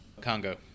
Congo